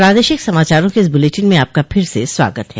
प्रादेशिक समाचारों के इस बुलेटिन में आपका फिर से स्वागत है